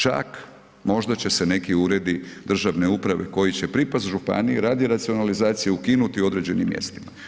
Čak možda će se neki uredi državne uprave koji će pripasti županiji radi racionalizacije ukinuti u određenim mjestima.